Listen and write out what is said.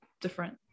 different